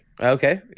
Okay